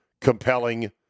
compelling